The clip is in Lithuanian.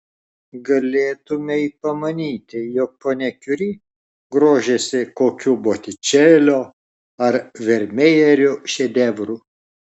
galėtumei pamanyti jog ponia kiuri grožisi kokiu botičelio ar vermejerio šedevru